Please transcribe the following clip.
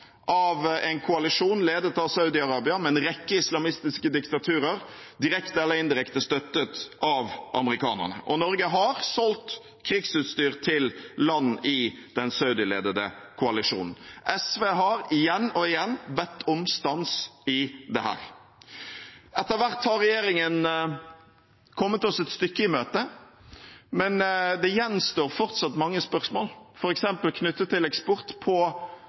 av en koalisjon ledet av Saudi-Arabia, med en rekke islamistiske diktaturer, direkte eller indirekte støttet av amerikanerne. Norge har solgt krigsutstyr til land i den Saudi-ledede koalisjonen. SV har igjen og igjen bedt om stans i dette. Etter hvert har regjeringen kommet oss et stykke i møte, men det gjenstår fortsatt mange spørsmål, f.eks. knyttet til eksport på